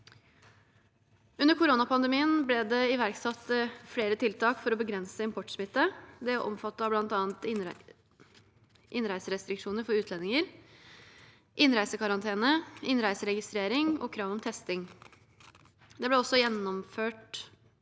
Under koronapandemien ble det iverksatt flere tiltak for å begrense importsmitte. Dette omfattet bl.a. innreiserestriksjoner for utlendinger, innreisekarantene, innreiseregistrering og krav om testing. Det ble også gjeninnført